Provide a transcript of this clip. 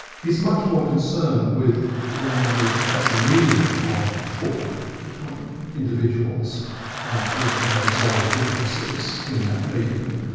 he's much more concerned with language as a medium of talk between individuals um who can resolve differences in that medium,